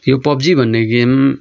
यो पब्जी भन्ने गेम